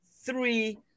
three